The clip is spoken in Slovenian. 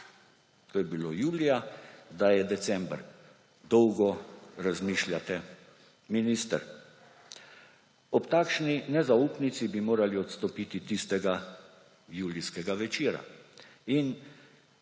To je bilo julija, zdaj je december. Dolgo razmišljate, minister! Ob takšni nezaupnici bi morali odstopiti tistega julijskega večera.